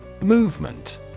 Movement